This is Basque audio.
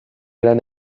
lan